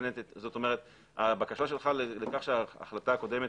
כלומר הבקשה שלך לכך שההחלטה הקודמת